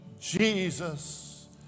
Jesus